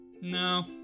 no